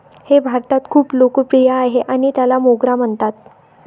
हे भारतात खूप लोकप्रिय आहे आणि त्याला मोगरा म्हणतात